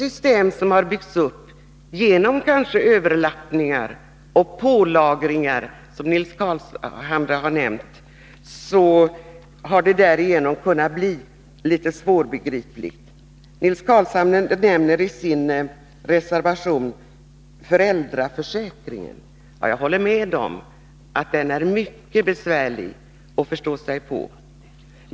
Systemet har delvis byggts upp genom överlappningen och pålagringar, som Nils Carlshamre har nämnt, och därigenom har det blivit litet svårbegripligt. Nils Carlshamre nämner i sin reservation föräldraförsäkringen. Jag håller med om att den är mycket besvärlig att förstå sig på.